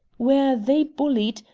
where they bullied,